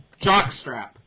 Jockstrap